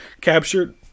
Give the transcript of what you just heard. captured